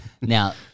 Now